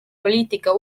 poliitika